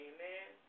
Amen